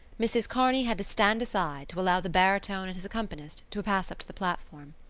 mrs. kearney had to stand aside to allow the baritone and his accompanist to pass up to the platform.